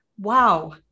wow